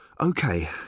Okay